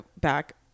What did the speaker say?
back